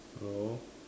hello